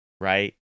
right